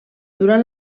durant